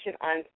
on